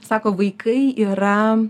sako vaikai yra